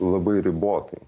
labai ribotai